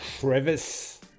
crevice